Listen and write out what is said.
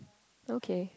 okay